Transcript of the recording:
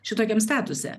šitokiam statuse